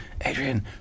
Adrian